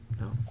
No